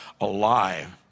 alive